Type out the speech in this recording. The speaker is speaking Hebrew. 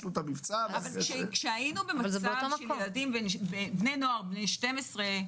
כשהיינו במצב של ילדים ובני נוער בני 12,